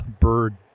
bird